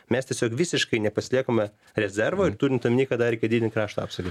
mes tiesiog visiškai nepasiliekame rezervo ir turint omenyje kad dar reikia didinti krašto apsauga